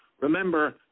remember